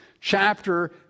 chapter